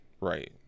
right